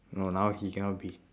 no now he cannot be